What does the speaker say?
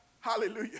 Hallelujah